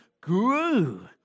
grew